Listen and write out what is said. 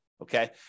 Okay